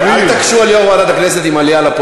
יושב-ראש ועדת הכנסת ישוב לעוד הודעה.